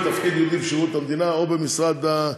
תפקיד ייעודי בשירות המדינה או במס הכנסה,